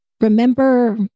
remember